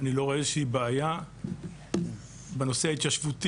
אני לא רואה איזושהי בעיה בנושא ההתיישבותי.